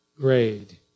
grade